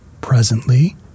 Presently